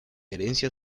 herencia